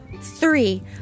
three